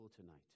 tonight